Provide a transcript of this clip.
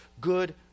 good